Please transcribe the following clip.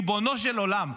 ריבונו של עולם,